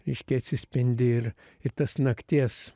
reiškia atsispindi ir ir tas nakties